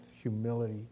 humility